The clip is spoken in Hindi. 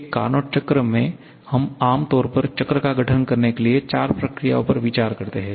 एक कार्नोट चक्र में हम आम तौर पर चक्र का गठन करने के लिए चार प्रक्रियाओं पर विचार करते हैं